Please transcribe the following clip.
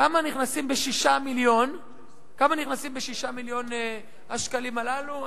כמה נכנסים ב-6 מיליון השקלים הללו?